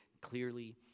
clearly